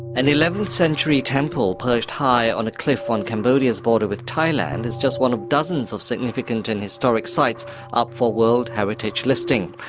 an eleventh century temple perched high on a cliff on cambodia's border with thailand is just one of dozens of significant and historic sites up for world heritage listing.